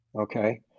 okay